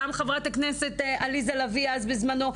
גם חברת הכנסת עליזה לביא בזמנו,